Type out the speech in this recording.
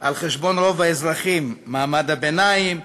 על חשבון רוב האזרחים, מעמד הביניים,